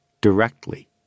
directly